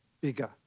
bigger